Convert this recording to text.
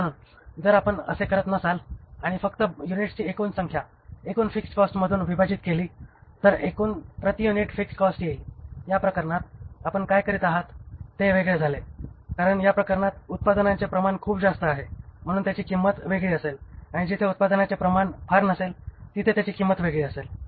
म्हणून जर आपण असे करत नसाल आणि फक्त युनिट्सची एकूण संख्या एकूण फिक्स्ड कॉस्टमधून विभाजित केली तर एकूण प्रति युनिट फिक्स्ड कॉस्ट येईल या प्रकरणात आपण काय करीत आहात ते वेगळे झाले आहे कारण या प्रकरणात उत्पादनाचे प्रमाण खूप जास्त आहे म्हणून त्याची किंमत वेगळी असेल आणि जिथे उत्पादनाचे प्रमाण फार नसेल तिथे त्याची किंमत वेगळी असेल